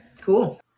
Cool